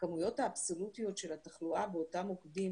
הכמויות האבסולוטיות של התחלואה באותם מוקדים